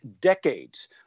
decades